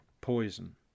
poison